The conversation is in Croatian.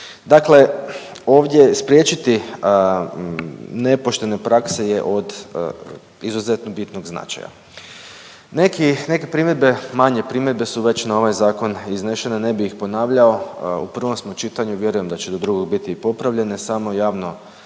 Dakle, ovdje spriječiti nepoštene prakse je od izuzetno bitnog značaja. Neki, neke primjedbe, manje primjedbe su već na ovaj zakon iznešene ne bih ih ponavljao u prvom smo čitanju vjerujem da će do drugog biti i popravljene samo javno